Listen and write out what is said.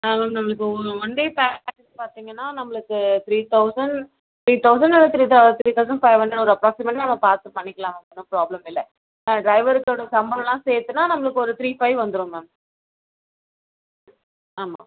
ஆ ma'am நம்மளுக்கு இப்போ ஒ ஒன் டே பேக்கேஜ் பார்த்தீங்கன்னா நம்பளுக்கு த்ரீ தௌசண்ட் த்ரீ தௌசண்ட் இல்லை த்ரீ தௌ த்ரீ தௌசண்ட் ஃபைவ் ஹண்ட்ரட் வரும் அப்ராக்ஸிமேட்டாக நம்ம பார்த்து பண்ணிக்கலாம் மேம் ஒன்றும் ப்ராப்ளம் இல்லை ட்ரைவர்த்தோட சம்பளம் எல்லாம் சேர்த்துன்னா நம்மளுக்கு ஒரு த்ரீ ஃபைவ் வந்துரும் மேம் ஆமாம்